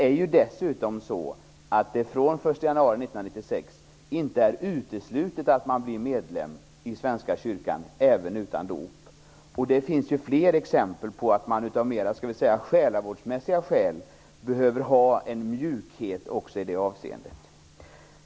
Från den 1 januari 1996 är det inte uteslutet att man blir medlem i Svenska kyrkan även utan dop. Det finns fler exempel på att man av mer själavårdsmässiga skäl behöver ha en mjukhet också i det avseendet.